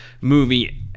movie